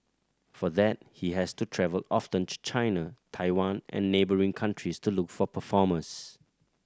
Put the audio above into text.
for that he has to travel often to China Taiwan and neighbouring countries to look for performers